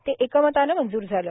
ते एकमतानं मंजूर झालं